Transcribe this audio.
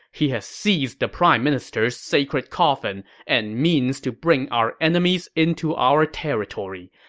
he has seized the prime minister's sacred coffin and means to bring our enemies into our territory.